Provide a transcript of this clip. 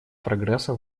прогресса